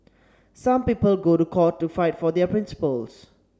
some people go to court to fight for their principles